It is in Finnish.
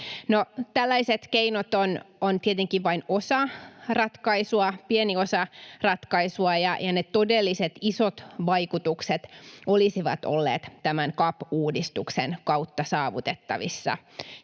tällaiset keinot ovat tietenkin vain pieni osa ratkaisua, ja ne todelliset, isot vaikutukset olisivat olleet tämän CAP-uudistuksen kautta saavutettavissa.